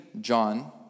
John